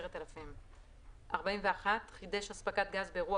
10,000. (41) חידש הספקת גז באירוע